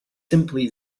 simply